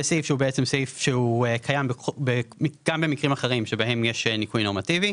זה סעיף שהוא קיים גם במקרים אחרים שבהם יש ניכוי נורמטיבי,